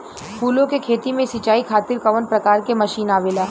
फूलो के खेती में सीचाई खातीर कवन प्रकार के मशीन आवेला?